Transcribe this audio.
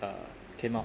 uh came out